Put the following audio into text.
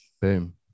Boom